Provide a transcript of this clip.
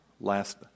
Last